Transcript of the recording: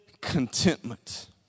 contentment